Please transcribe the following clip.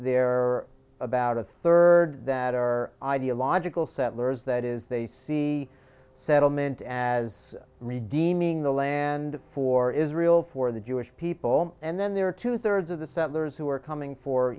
are about a third that are ideological settlers that is they see settlement as redeeming the land for israel for the jewish people and then there are two thirds of the settlers who are coming for